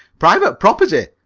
private property!